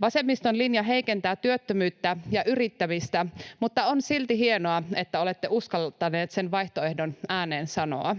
Vasemmiston linja heikentää työllisyyttä ja yrittämistä, mutta on silti hienoa, että olette uskaltaneet sen vaihtoehdon ääneen sanoa.